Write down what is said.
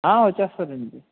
వచ్చేస్తాడు అండి